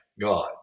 God